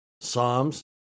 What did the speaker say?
Psalms